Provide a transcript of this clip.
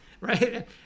right